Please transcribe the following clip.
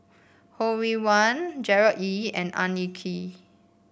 Ho Rih Hwa Gerard Ee and Ang Hin Kee